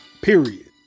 period